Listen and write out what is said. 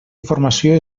informació